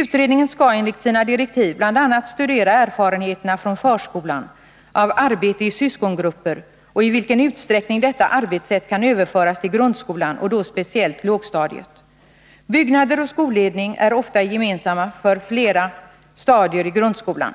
Utredningen skall enligt sina direktiv bl.a. studera erfarenheterna från förskolan av arbete i syskongrupper och i vilken utsträckning detta arbetssätt kan överföras till grundskolan och då speciellt lågstadiet. Byggnader och skolledning är ofta gemensamma för flera stadier i grundskolan.